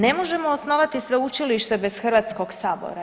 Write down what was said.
Ne možemo osnovati sveučilište bez Hrvatskog sabora.